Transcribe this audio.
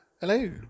Hello